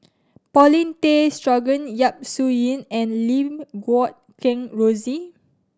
Paulin Tay Straughan Yap Su Yin and Lim Guat Kheng Rosie